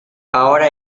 ahora